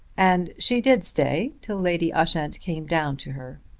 and she did stay till lady ushant came down to her.